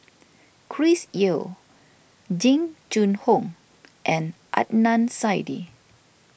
Chris Yeo Jing Jun Hong and Adnan Saidi